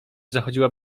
zachodziła